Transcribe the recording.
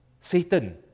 Satan